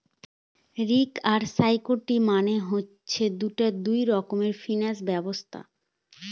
ঋণ আর ইকুইটি মানে হচ্ছে দুটা দুই রকমের ফিনান্স ব্যবস্থা